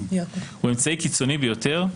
הוא אמצעי קיצוני ביותר.